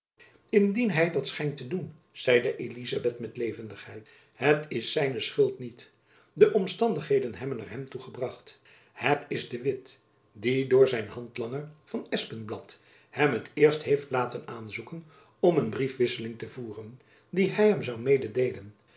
indien hy dat schijnt te doen zeide elizabeth met levendigheid het is zijne schuld niet de omstandigheden hebben er hem toe gebracht het is de jacob van lennep elizabeth musch witt die door zijn handlanger van espenblad hem t eerst heeft laten aanzoeken om een briefwisseling te voeren die hy hem zoû mededeelen